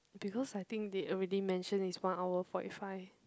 because I think they already mention it's one hour forty five